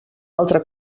altre